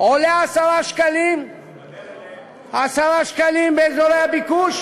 עולה 10 שקלים באזורי הביקוש